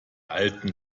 alten